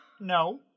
No